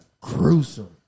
gruesome